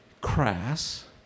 crass